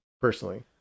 personally